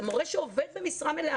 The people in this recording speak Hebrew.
זה מורה שעובד במשרה מלאה,